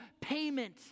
payment